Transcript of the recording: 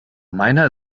meiner